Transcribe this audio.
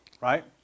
right